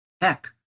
heck